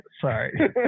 Sorry